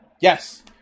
Yes